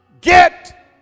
get